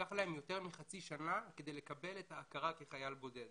לקח יותר מחצי שנה לקבל את ההכרה כחייל בודד.